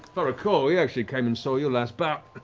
but recall, he actually came and saw your last bout.